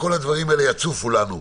שאז כל הדברים האלה יצופו לנו.